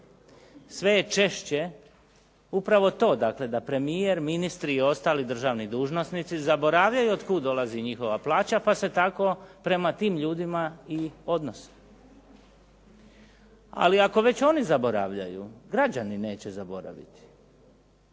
Sve je češće upravo to, dakle da premijer, ministri i ostali državni dužnosnici zaboravljaju od kud dolazi njihova plaća, pa se tako prema tim ljudima i odnose. Ali ako već oni zaboravljaju građani neće zaboraviti.